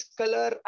color